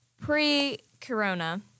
pre-corona